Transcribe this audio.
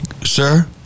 Sir